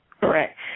Correct